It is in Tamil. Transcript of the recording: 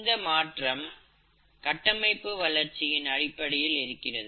இந்த மாற்றம் கட்டமைப்பு வளர்ச்சியின் அடிப்படையில் இருக்கிறது